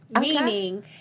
Meaning